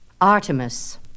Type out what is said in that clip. Artemis